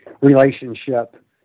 relationship